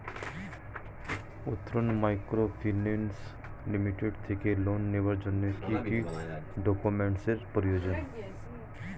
Uttaran microfinance limited থেকে loan নেওয়ার জন্য কি কি ডকুমেন্টস এর প্রয়োজন?